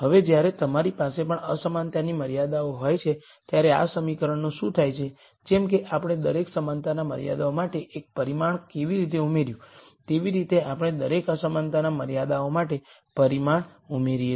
હવે જ્યારે તમારી પાસે પણ અસમાનતાની મર્યાદાઓ હોય છે ત્યારે આ સમીકરણનું શું થાય છે જેમ કે આપણે દરેક સમાનતાના મર્યાદાઓ માટે એક પરિમાણ કેવી રીતે ઉમેર્યું તેવી રીતે આપણે દરેક અસમાનતાના મર્યાદાઓ માટે પરિમાણ ઉમેરીએ છીએ